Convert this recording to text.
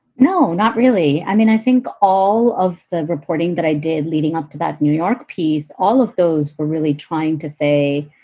no, not really. i mean, i think all of the reporting that i did leading up to that new york piece, all of those were really trying to say,